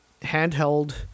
handheld